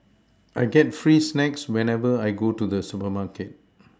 I get free snacks whenever I go to the supermarket